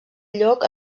lloc